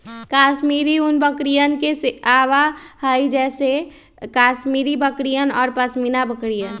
कश्मीरी ऊन बकरियन से आवा हई जैसे कश्मीरी बकरियन और पश्मीना बकरियन